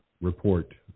report